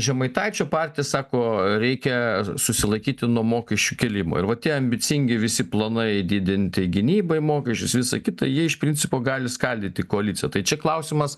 žemaitaičio partija sako reikia susilaikyti nuo mokesčių kėlimo ir va tie ambicingi visi planai didinti gynybai mokesčius visa kita jie iš principo gali skaldyti koaliciją tai čia klausimas